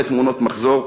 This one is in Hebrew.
מלא תמונות מחזור.